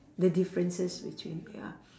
the differences between ya